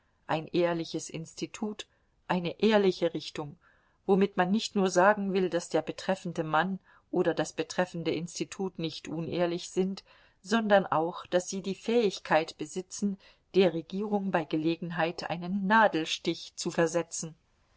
ein ehrliches institut eine ehrliche richtung womit man nicht nur sagen will daß der betreffende mann oder das betreffende institut nicht unehrlich sind sondern auch daß sie die fähigkeit besitzen der regierung bei gelegenheit einen nadelstich zu versetzen